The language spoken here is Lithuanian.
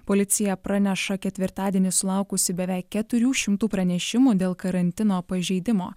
policija praneša ketvirtadienį sulaukusi beveik keturių šimtų pranešimų dėl karantino pažeidimo